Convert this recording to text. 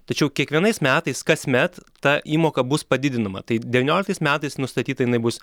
tačiau kiekvienais metais kasmet ta įmoka bus padidinama tai devynioliktais metais nustatyta jinai bus